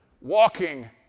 walking